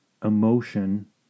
emotion